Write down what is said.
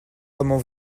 comment